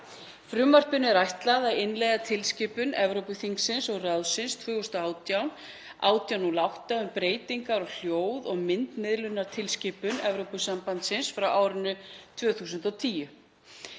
Frumvarpinu er ætlað að innleiða tilskipun Evrópuþingsins og ráðsins 2018/1808 um breytingar á hljóð- og myndmiðlunartilskipun Evrópusambandsins frá árinu 2010.